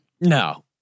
No